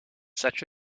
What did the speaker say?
such